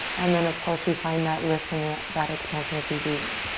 and then, of course, we find that lift and that that expansion as we breathe in.